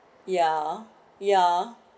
ya ya